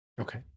Okay